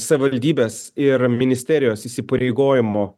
savivaldybės ir ministerijos įsipareigojimo